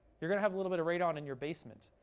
you're going to have a little bit of radon in your basement.